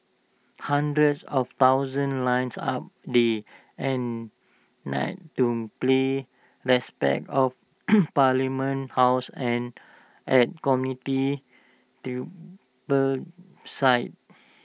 hundreds of thousands lines up day and night to play respects of parliament house and at community sites